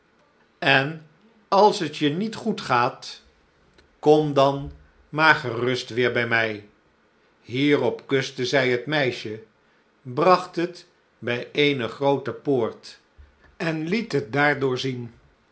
en als t je niet goed gaat kom dan maar gerust weer bij mij hierop kuste zij het meisje bragt het bij eene groote poort en liet